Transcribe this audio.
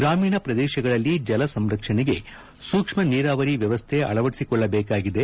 ಗ್ರಾಮಿಣ ಪ್ರದೇಶಗಳಲ್ಲಿ ಜಲ ಸಂರಕ್ಷಣೆಗೆ ಸೂಕ್ಷ್ಮ ನೀರಾವರಿ ವ್ಯವಸ್ಥೆ ಅಳವಡಿಸಿಕೊಳ್ಳಬೇಕಾಗಿದೆ